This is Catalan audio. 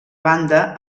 banda